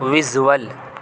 visual